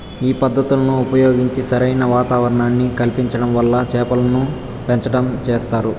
ఈ పద్ధతులను ఉపయోగించి సరైన వాతావరణాన్ని కల్పించటం వల్ల చేపలను పెంచటం చేస్తారు